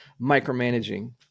micromanaging